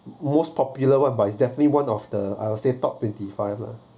most popular one but it's definitely one of the I would say top twenty five lah